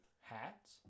hats